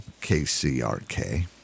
KCRK